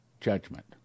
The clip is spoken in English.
Judgment